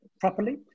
properly